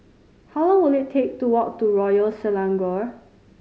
how long will it take to walk to Royal Selangor